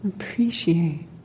Appreciate